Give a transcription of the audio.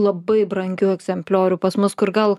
labai brangių egzempliorių pas mus kur gal